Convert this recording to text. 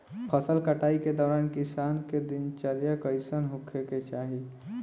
फसल कटाई के दौरान किसान क दिनचर्या कईसन होखे के चाही?